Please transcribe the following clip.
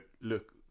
look